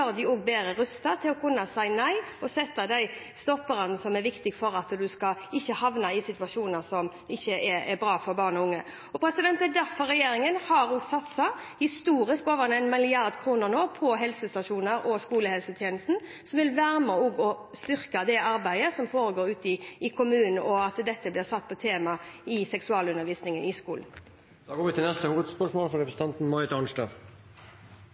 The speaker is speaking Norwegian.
bedre rustet til å kunne si nei og sette de stopperne som er viktig for at de ikke skal havne i situasjoner som ikke er bra for barn og unge. Det er derfor regjeringen har satset historisk – over 1 mrd. kr – på helsestasjoner og skolehelsetjenesten, som vil være med på å styrke det arbeidet som foregår ute i kommunene, og at dette blir et tema i seksualundervisningen i skolen. Da går vi til neste hovedspørsmål.